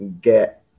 get